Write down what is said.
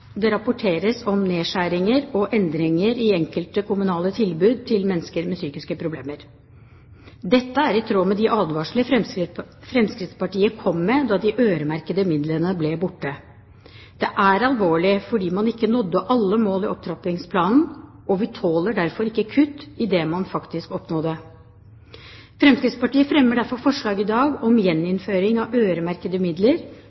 rapporteres om nedskjæringer og endringer i enkelte kommunale tilbud til mennesker med psykiske problemer». Dette er i tråd med de advarsler som Fremskrittspartiet kom med da de øremerkede midlene ble borte. Det er alvorlig, fordi man ikke nådde alle mål i opptrappingsplanen, og vi tåler derfor ikke kutt i det man faktisk oppnådde. Fremskrittspartiet fremmer derfor forslag i dag om gjeninnføring av øremerkede midler,